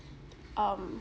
um